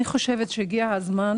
אני חושבת שהגיע הזמן